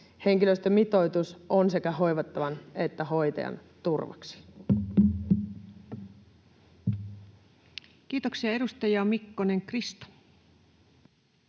Henkilöstömitoitus on sekä hoivattavan että hoitajan turvaksi. Kiitoksia. — Edustaja Mikkonen, Krista.